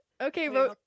Okay